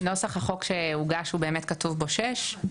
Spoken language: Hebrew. אני לא יודעת, בנוסח החוק שהוגש כתוב (6)?